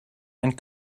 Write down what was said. and